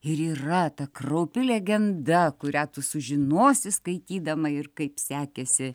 ir yra ta kraupi legenda kurią tu sužinosi skaitydama ir kaip sekėsi